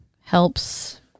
helps